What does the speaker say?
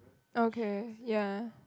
okay ya